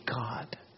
God